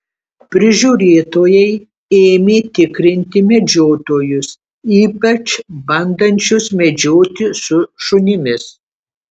prižiūrėtojai ėmė tikrinti medžiotojus ypač bandančius medžioti su šunimis